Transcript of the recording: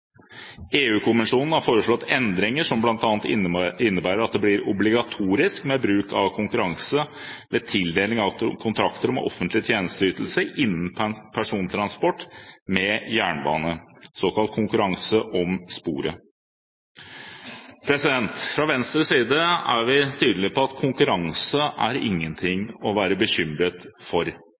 har foreslått endringer som bl.a. innebærer at det blir obligatorisk med bruk av konkurranse ved tildeling av kontrakter om offentlig tjenesteytelse innen persontransport med jernbane, såkalt konkurranse om sporet. Fra Venstres side er vi tydelige på at konkurranse er ingenting å være bekymret for.